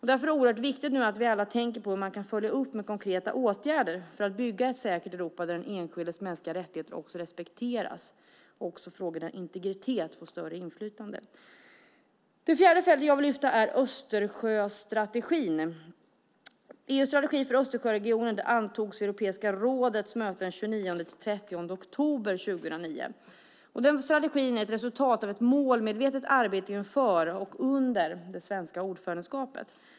Därför är det viktigt att vi alla tänker på hur man kan följa upp med konkreta åtgärder för att bygga ett säkert Europa där den enskildes mänskliga rättigheter respekteras och där frågor om integritet får större genomslag. Det fjärde fält jag vill lyfta är Östersjöstrategin. EU:s strategi för Östersjöregionen antogs i Europeiska rådets möte den 29-30 oktober 2009. Den strategin är ett resultat av ett målmedvetet arbete före och under det svenska ordförandeskapet.